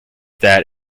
that